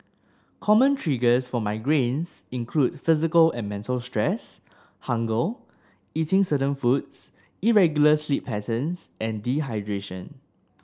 common triggers for migraines include physical and mental stress hunger eating certain foods irregular sleep patterns and dehydration